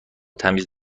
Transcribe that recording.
تمیز